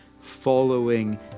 following